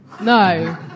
No